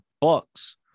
bucks